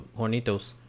Hornitos